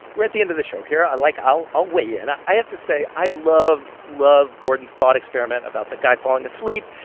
we're at the end of the show here. i'll like, i'll i'll weigh in. i have to say, i love, love gordon's thought experiment about the guy falling asleep.